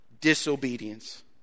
disobedience